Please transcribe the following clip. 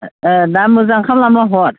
दा मोजां खामना हर